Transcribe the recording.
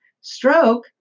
stroke